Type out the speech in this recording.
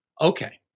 okay